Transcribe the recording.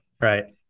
right